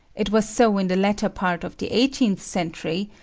it was so in the latter part of the eighteenth century,